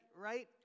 right